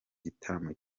gitaramo